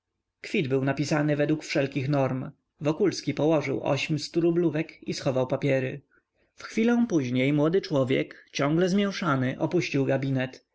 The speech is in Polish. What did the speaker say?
kwit był napisany według wszelkich form wokulski położył ośm sturublówek i schował papiery w chwilę później młody człowiek ciągle zmięszany opuścił gabinet